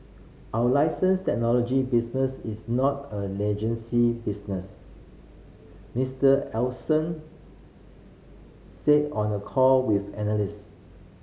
our license technology business is not a business Mister Ellison said on a call with analyst